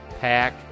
Pack